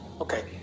Okay